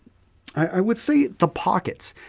i would say the pockets,